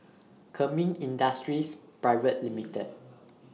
Kemin Industries Pte Ltd